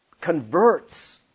converts